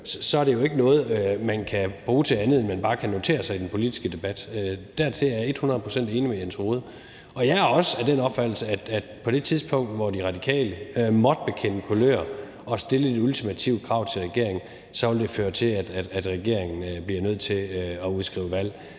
er det jo ikke noget, man kan bruge til andet, end at man bare kan notere sig det i den politiske debat. Der er jeg et hundrede procent enig med hr. Jens Rohde. Og jeg er også af den opfattelse, at på det tidspunkt, hvor De Radikale måtte bekende kulør og stille et ultimativt krav til regeringen, vil det føre til, at regeringen bliver nødt til at udskrive valg,